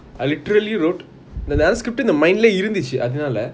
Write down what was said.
I literally wrote அந்த:antha script mind லேயே இருந்துச்சி அதுனால:layae irunthuchi athunaala